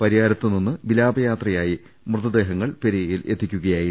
പരിയാരത്ത് നിന്ന് വിലാപയാത്രയായി മൃതദേഹങ്ങൾ പെരിയയിൽ എത്തിക്കുകയായിരുന്നു